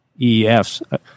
EFs